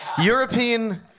European